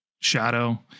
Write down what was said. shadow